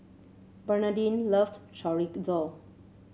Bernardine loves Chorizo